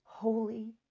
Holy